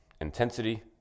intensity